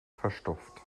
verstopft